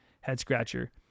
head-scratcher